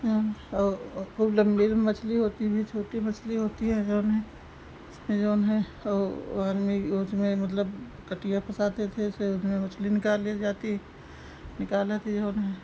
जो और और खूब लंबी मछली होती भी छोटी मछली होती है जो है उसमें जो है और हर में उसमें मतलब कटिया फंसाते थे ऐसे उसमें मछली निकाल लिए जाती निकालत है जो है